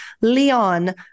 Leon